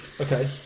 Okay